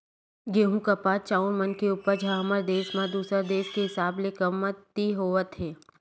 गहूँ, कपास, चाँउर मन के उपज ह हमर देस म दूसर देस के हिसाब ले कमती होवत हे